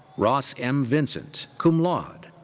ross m. vincent, cum laude.